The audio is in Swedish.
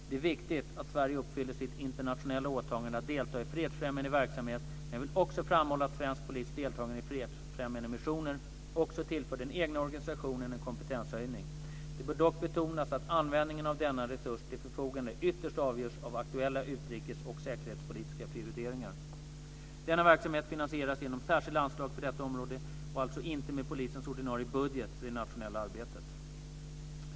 Det är viktigt att Sverige uppfyller sitt internationella åtagande att delta i fredsfrämjande verksamhet, men jag vill också framhålla att svensk polis deltagande i fredsfrämjande missioner också tillför den egna organisationen en kompetenshöjning. Det bör dock betonas att användningen av denna resurs till förfogande ytterst avgörs av aktuella utrikes och säkerhetspolitiska prioriteringar. Denna verksamhet finansieras genom särskilda anslag för detta område och alltså inte med polisens ordinarie budget för det nationella arbetet.